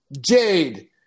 Jade